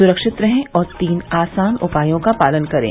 सुरक्षित रहें और तीन आसान उपायों का पालन करें